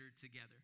Together